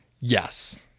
Yes